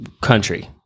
country